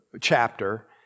chapter